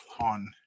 on